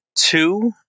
two